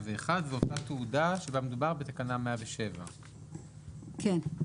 היא אותה תעודה שבה מדובר בתקנה 107. כן.